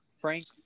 Frank –